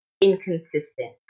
inconsistent